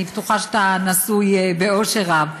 אני בטוחה שאתה נשוי באושר רב,